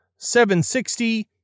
760